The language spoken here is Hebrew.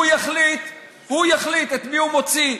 הוא יחליט את מי הוא מוציא.